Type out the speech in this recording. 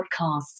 podcasts